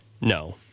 No